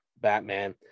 Batman